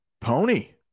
Pony